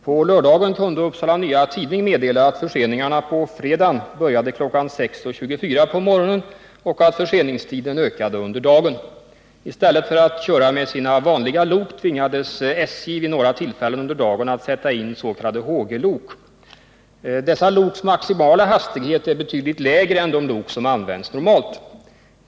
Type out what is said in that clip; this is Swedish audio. På lördagen kunde Upsala Nya Tidning meddela att förseningarna på fredagen började kl. 06.24 på morgonen och att förseningstiden ökade under dagen. I stället för att köra med sina vanliga lok tvingades SJ vid några tillfällen under dagen att sätta in s.k. Hg-lok. Dessa loks maximala hastighet är betydligt lägre än de loks som används normalt.